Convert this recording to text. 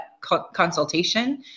consultation